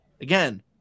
Again